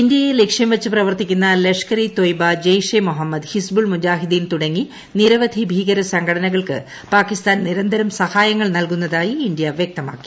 ഇന്ത്യയെ ലക്ഷ്യംവച്ച് പ്രവർത്തിക്കുന്ന ലഷ്കർ ഇ തൊയ്ബ ജെയ്ഷെ മുഹമ്മദ് ഹിസ്ബുൾ മുജാഹുദ്ദീൻ തുടങ്ങി നിരവധി ഭീകര സംഘടനകൾക്ക് പാകിസ്ഥാൻ നിരന്തരം സഹായങ്ങൾ നൽകുന്നതായി ഇന്ത്യ വ്യക്തമാക്കി